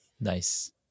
Nice